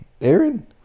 Aaron